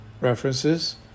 references